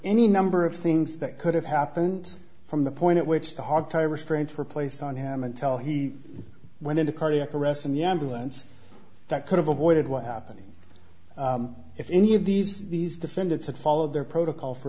any number of things that could have happened from the point at which the hard time restraints were placed on him and tell he went into cardiac arrest and younger ones that could have avoided what happened if any of these these defendants had followed their protocol for